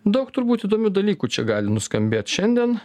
daug turbūt įdomių dalykų čia gali nuskambėt šiandien